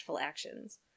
actions